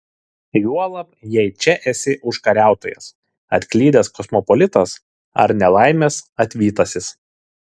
juolab jei čia esi užkariautojas atklydęs kosmopolitas ar nelaimės atvytasis